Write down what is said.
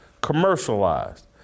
commercialized